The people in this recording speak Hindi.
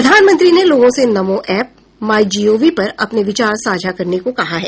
प्रधानमंत्री ने लोगों से नमो ऐप माइ जीओवी पर अपने विचार साझा करने को कहा है